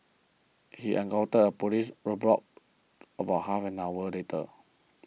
he encountered a police roadblock about half an hour later